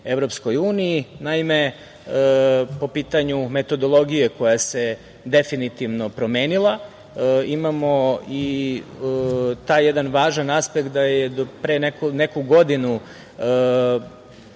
Srbije EU, naime, po pitanju metodologije koja se definitivno promenila, imamo i taj jedan važan aspekt da je do pre neku godinu